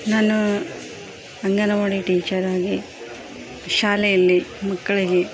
ನಾನು ಅಂಗನವಾಡಿ ಟೀಚರಾಗಿ ಶಾಲೆಯಲ್ಲಿ ಮಕ್ಕಳಿಗೆ